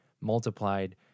multiplied